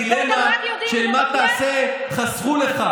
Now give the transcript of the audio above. אז אתה מבין שאת הדילמה של מה תעשה חסכו לך,